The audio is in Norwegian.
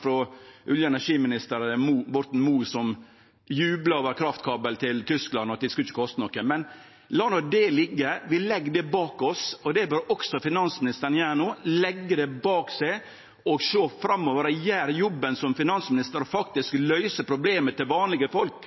frå olje- og energiminister Borten Moe, som jubla over kraftkabel til Tyskland og at det ikkje skulle koste noko. Men la no det liggje – vi legg det bak oss, og det bør òg finansministeren gjere no: leggje det bak seg, sjå framover og gjere jobben som finansminister og faktisk løyse problema til vanlege folk.